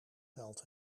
geld